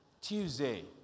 Tuesday